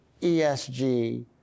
ESG